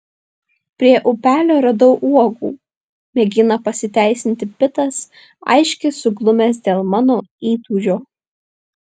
prie upelio radau uogų mėgina pasiteisinti pitas aiškiai suglumęs dėl mano įtūžio